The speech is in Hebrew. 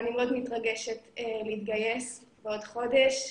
אני מאוד מתרגשת להתגייס בעוד חודש.